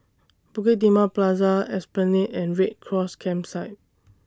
Bukit Timah Plaza Esplanade and Red Cross Campsite